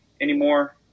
anymore